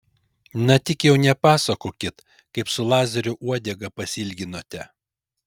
na tik jau nepasakokit kaip su lazeriu uodegą pasiilginote